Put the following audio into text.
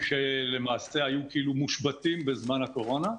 שלמעשה היו מושבתות בזמן הקורונה.